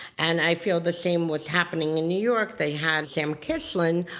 and i feel the same what's happening in new york. they had sam kislin,